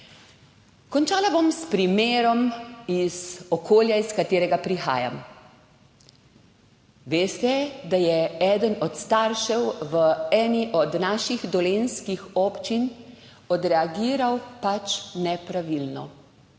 Končala bom s primerom iz okolja, iz katerega prihajam. Veste, da je eden od staršev v eni od naših dolenjskih občin odreagiral pač nepravilno,